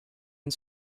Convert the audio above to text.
and